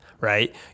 right